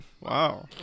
Wow